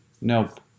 Nope